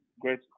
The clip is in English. great